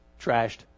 trashed